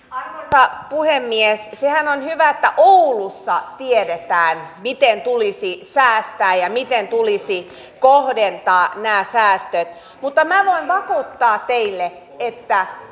arvoisa puhemies sehän on hyvä että oulussa tiedetään miten tulisi säästää ja miten tulisi kohdentaa nämä säästöt mutta minä voin vakuuttaa teille että